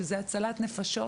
שזה הצלת נפשות,